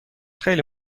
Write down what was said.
خیلی